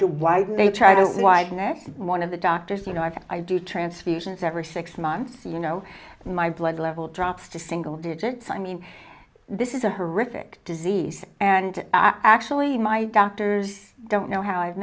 to why they try to widen it one of the doctors you know have i do transfusions every six months you know my blood level drops to single digits i mean this is a horrific disease and actually my doctors don't know how i've